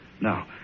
Now